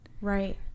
Right